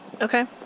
Okay